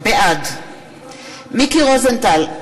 בעד מיקי רוזנטל,